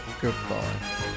Goodbye